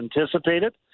anticipated